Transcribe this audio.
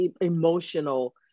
emotional